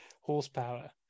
Horsepower